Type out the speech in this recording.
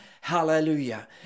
Hallelujah